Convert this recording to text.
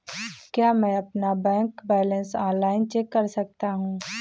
क्या मैं अपना बैंक बैलेंस ऑनलाइन चेक कर सकता हूँ?